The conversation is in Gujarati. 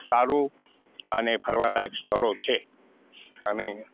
સારું અને ફરવાલાયક સ્થળો છે અને